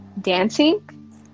dancing